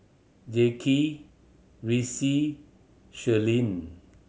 Jaquez Ressie Shirlene